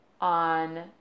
on